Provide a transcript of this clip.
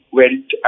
went